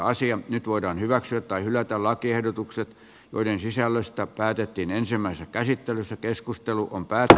nyt voidaan hyväksyä tai hylätä lakiehdotukset joiden sisällöstä päätettiin ensimmäisessä käsittelyssä keskustelu on pääätö